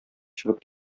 чыгып